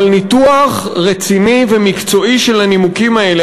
אבל ניתוח רציני ומקצועי של הנימוקים האלה,